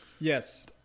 Yes